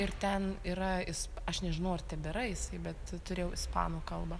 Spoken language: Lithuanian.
ir ten yra isp aš nežinau ar tebėra jisai bet turėjau ispanų kalbą